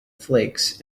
flakes